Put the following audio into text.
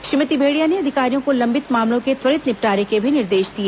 श्रीमती भेड़िया ने अधिकारियों को लंबित मामलों के त्वरित निपटारे के भी निर्देश दिए